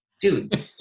dude